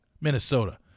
Minnesota